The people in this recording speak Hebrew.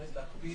ובאמת להקפיד.